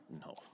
No